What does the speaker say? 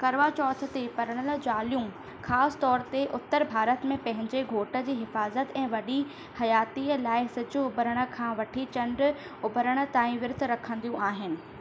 करवा चौथ ते परिणियल ज़ालियूं ख़ासि तौर ते उत्तर भारत में पंहिंजे घोट जी हिफ़ाजत ऐं वॾी हयातीअ लाइ सिॼ उभिरण खां वठी चंडु उभिरण ताईं विर्तु रखंदियूं आहिनि